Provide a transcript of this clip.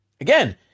again